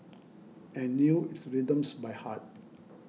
and knew its rhythms by heart